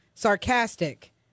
sarcastic